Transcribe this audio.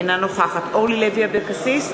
אינה נוכחת אורלי לוי אבקסיס,